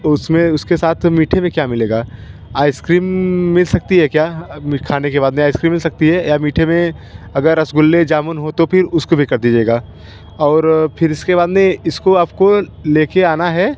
उस में उसके साथ मीठे मे क्या मिलेगा आइसक्रीम मिल सकती है क्या खाने के बाद में आइसक्रीम मिल सकती है या मीठे में अगर रसगुल्ले जामुन हो तो फिर उसको भी कर दीजिएगा और फिर इसके बाद में इसको आप को ले के आना है